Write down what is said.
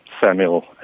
Samuel